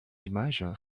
images